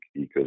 ecosystem